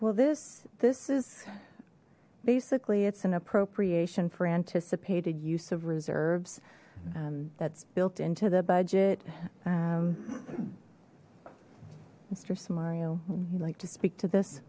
well this this is basically it's an appropriation for anticipated use of reserves that's built into the budget mister samari oh he like to speak to this